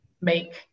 make